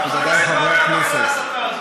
חבריי חברי הכנסת,